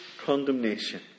condemnation